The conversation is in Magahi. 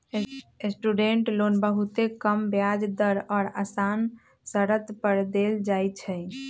स्टूडेंट लोन बहुते कम ब्याज दर आऽ असान शरत पर देल जाइ छइ